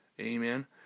Amen